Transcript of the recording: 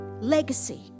Legacy